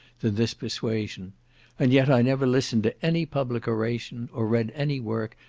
than this persuasion and yet i never listened to any public oration, or read any work,